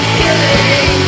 killing